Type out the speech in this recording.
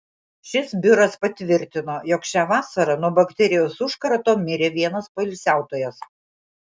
šis biuras patvirtino jog šią vasarą nuo bakterijos užkrato mirė vienas poilsiautojas